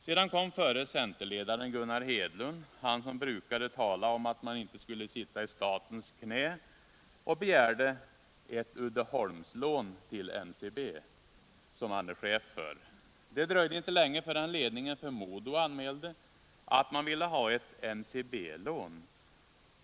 Sedan kom förre centerledaren Gunnar Hedlund, han som brukade tala om att man inte skulle sitta i statens knä, och begärde ett ”Uddeholmslån” till NCB, som han är chef för. Det dröjde inte länge förrän ledningen för Mo och Domsjö AB anmälde att den villa ha ett ”NCB-lån”!